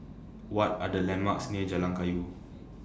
What Are The landmarks near Jalan Kayu